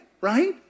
right